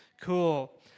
Cool